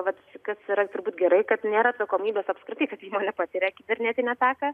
vat kas yra turbūt gerai kad nėra atsakomybės apskritai kad įmonė patiria kibernetinę ataką